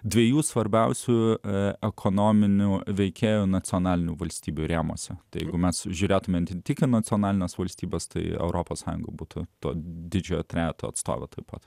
dviejų svarbiausių ekonominių veikėjų nacionalinių valstybių rėmuose tai jeigu mes žiūrėtumėme ti tik į nacionalines valstybes tai europos sąjunga būtų to didžiojo trejeto atstovė taip pat